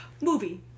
Movie